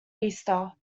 easter